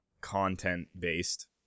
content-based